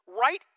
right